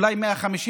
אולי 150,